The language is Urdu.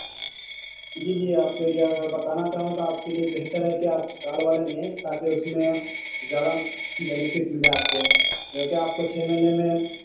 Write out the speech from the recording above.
جی جی آپ کے لیے اگر بتانا چاہوں تو آپ کے لیے بہتر ہے کہ آپ سال والا لیں تاکہ اس میں زیادہ بینیفٹ ملے آپ کو کیونکہ آپ کو چھ مہینے میں